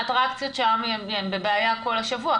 האטרקציות הן בבעיה כל השבוע,